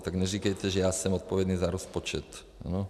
Tak neříkejte, že já jsem odpovědný za rozpočet, ano?